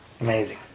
Amazing